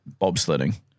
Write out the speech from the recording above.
Bobsledding